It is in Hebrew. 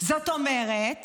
זאת אומרת